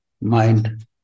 Mind